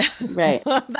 Right